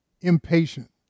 impatient